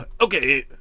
okay